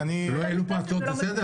לא היו פה הצעות לסדר?